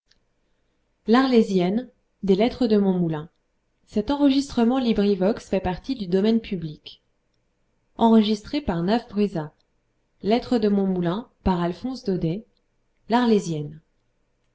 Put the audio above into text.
de mon moulin avant-propos installation la